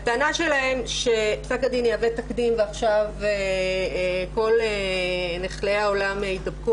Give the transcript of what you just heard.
הטענה שלהם שפסק הדין יהווה תקדים ועכשיו כל נכלי העולם יידפקו